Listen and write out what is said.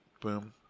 boom